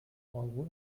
euro